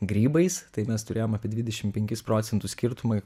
grybais tai mes turėjom apie dvidešim penkis procentus skirtumai